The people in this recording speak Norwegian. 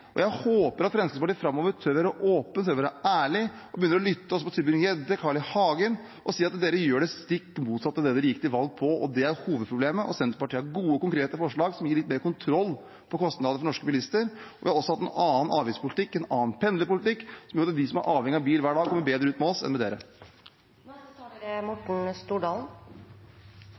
ned. Jeg håper at Fremskrittspartiet framover tør å være åpen, tør å være ærlig og begynner å lytte også til Christian Tybring-Gjedde og Carl I. Hagen, som sier at de gjør det stikk mottatte av det de gikk til valg på. Det er hovedproblemet. Senterpartiet har gode, konkrete forslag som gir litt mer kontroll på kostnadene for norske bilister. Vi har også en annen avgiftspolitikk og en annen pendlerpolitikk, som gjør at de som er avhengig av bil hver eneste dag, kommer bedre ut enn med